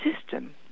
system